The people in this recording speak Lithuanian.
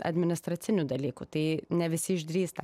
administracinių dalykų tai ne visi išdrįsta